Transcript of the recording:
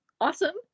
Awesome